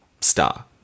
star